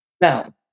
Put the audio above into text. Now